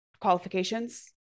qualifications